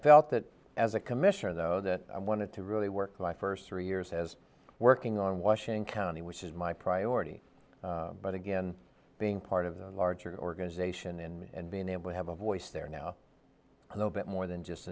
felt that as a commissioner though that i wanted to really work my first three years as working on washing county which is my priority but again being part of the larger organization and being able to have a voice there now i know bit more than just